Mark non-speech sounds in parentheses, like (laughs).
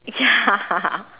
ya (laughs)